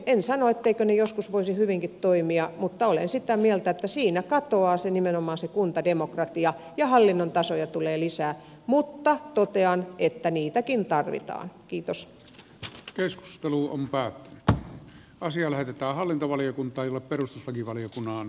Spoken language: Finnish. en sano etteivätkö ne joskus voisi hyvinkin toimia mutta olen sitä mieltä että siinä katoaa nimenomaan se kuntademokratia ja hallinnon tasoja tulee lisää mutta totean että niitäkin tarvitaan kiitosta keskusteluun pää asia lähetetään hallintovaliokuntaan jolle perustuslakivaliokunnan